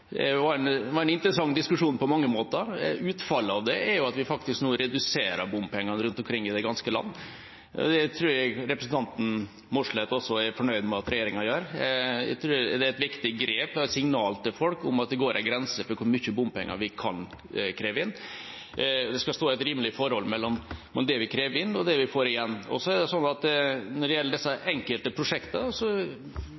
var en interessant diskusjon på mange måter. Utfallet av det er jo at vi nå faktisk reduserer bompengene rundt omkring i det ganske land, og det tror jeg representanten Mossleth også er fornøyd med at regjeringa gjør. Det er et viktig grep og et signal til folk om at det går en grense for hvor mye bompenger vi kan kreve inn. Det skal være et rimelig forhold mellom det vi krever inn, og det vi får igjen. Når det gjelder disse